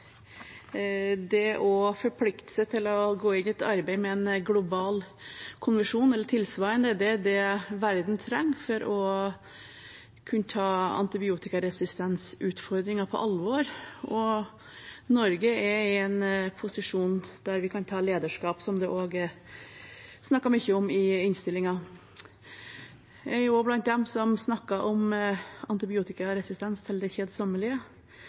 Det å forplikte seg til å gå inn i et arbeid med en global konvensjon eller tilsvarende er det verden trenger for å kunne ta antibiotikaresistensutfordringen på alvor, og Norge er i en posisjon der vi kan vi ta lederskap, som det også er snakket mye om i innstillingen. Jeg er også blant dem som snakker om antibiotikaresistens til det kjedsommelige,